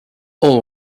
all